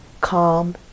calm